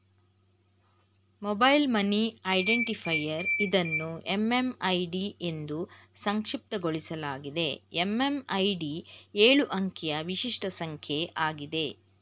mobile money identifier ಇದನ್ನು MMID ಎಂದೂ ಸಂಕ್ಷಿಪ್ತಗೊಳಿಸಲಾಗಿದೆ ಎಂ.ಎಂ.ಐ.ಡಿ ಎಳು ಅಂಕಿಯ ವಿಶಿಷ್ಟ ಸಂಖ್ಯೆ ಆಗಿದೆ